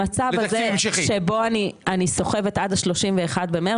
המצב הזה שבו אני סוחבת עד ה-31 במרץ,